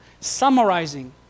summarizing